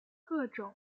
各种